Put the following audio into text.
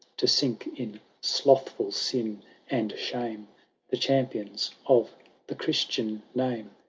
to sink in slothful sin and shame the champions of the christian name.